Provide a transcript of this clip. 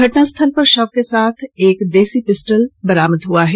घटनास्थल पर शव के साथ एक देसी पिस्टल भी मिला है